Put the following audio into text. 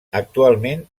actualment